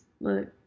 Look